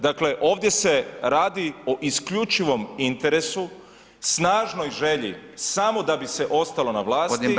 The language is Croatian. Dakle ovdje se radi o isključivom interesu, snažnoj želji samo da bi se ostalo na vlasti